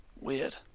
Weird